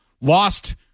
Lost